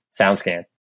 Soundscan